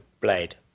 Blade